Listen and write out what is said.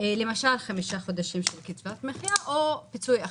למשל חמישה חודשים של קצבת מחיה או פיצוי אחר.